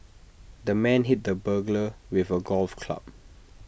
the man hit the burglar with A golf club